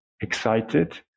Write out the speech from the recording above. excited